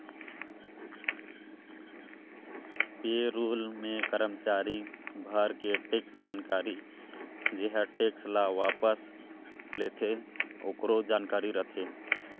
पे role मे करमाचारी भर के टेक्स जानकारी जेहर टेक्स ल वापस लेथे आकरो जानकारी रथे